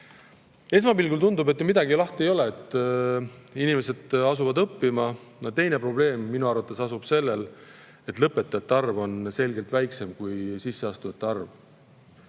Esmapilgul tundub, et ega midagi ju eriti lahti ei ole, inimesed asuvad õppima. Teine probleem on minu arvates aga see, et lõpetajate arv on selgelt väiksem kui sisseastujate arv.